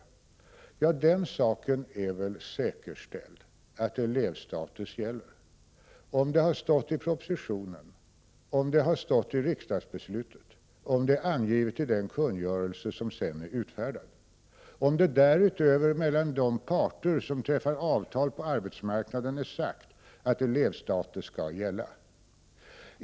Att elevstatus gäller är säkerställt, om det har stått i propositionen, om det har stått i riksdagsbeslutet, om det är angivet i den kungörelse som sedan är utfärdad och om det därutöver mellan de parter som träffar avtal på arbetsmarknaden är sagt att elevstatus skall gälla.